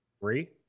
Three